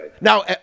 Now